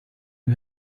you